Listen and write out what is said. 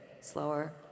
slower